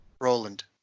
Roland